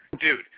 Dude